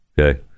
okay